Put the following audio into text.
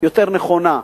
יותר נכונה.